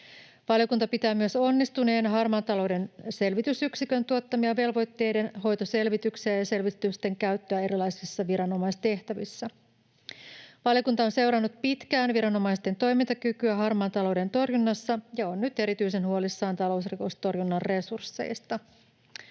Valiokunta pitää myös onnistuneina Harmaan talouden selvitysyksikön tuottamia velvoitteidenhoitoselvityksiä ja selvitysten käyttöä erilaisissa viranomaistehtävissä. Valiokunta on seurannut pitkään viranomaisten toimintakykyä harmaan talouden torjunnassa ja on nyt erityisen huolissaan talousrikostorjunnan resursseista.